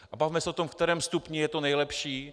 A bavme se o tom, ve kterém stupni je to nejlepší.